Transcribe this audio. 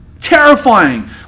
terrifying